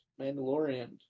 mandalorian